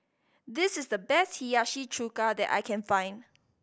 this is the best Hiyashi Chuka that I can find